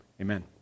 amen